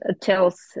tells